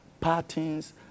patterns